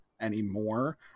anymore